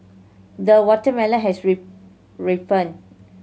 the watermelon has rip